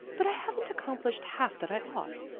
but i haven't accomplished half that i ought.